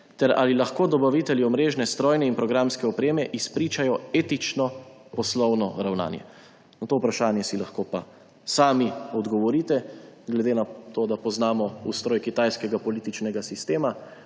ter ali lahko dobavitelji omrežne, strojne in programske opreme izpričajo etično poslovno ravnanje? Na to vprašanje si lahko pa sami odgovorite, glede na to da poznamo ustroj kitajskega političnega sistema,